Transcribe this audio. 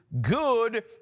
good